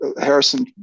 Harrison